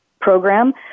program